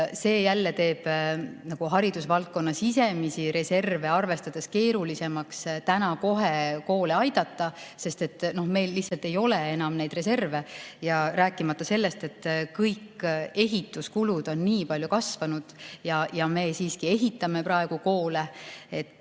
Ja see teeb haridusvaldkonna sisemisi reserve arvestades keerulisemaks kohe koole aidata. Meil lihtsalt ei ole enam reserve. Rääkimata sellest, et kõik ehituskulud on nii palju kasvanud, aga me siiski ehitame praegu koole.